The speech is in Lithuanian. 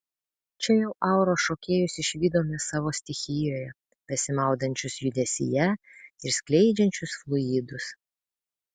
čia jau auros šokėjus išvydome savo stichijoje besimaudančius judesyje ir skleidžiančius fluidus